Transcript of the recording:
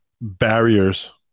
barriers